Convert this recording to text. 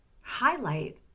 highlight